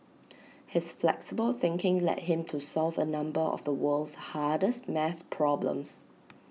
his flexible thinking led him to solve A number of the world's hardest math problems